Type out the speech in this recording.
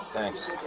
Thanks